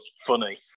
funny